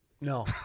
No